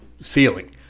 ceiling